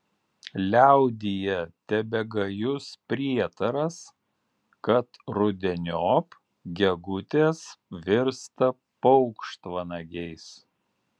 liaudyje tebegajus prietaras kad rudeniop gegutės virsta paukštvanagiais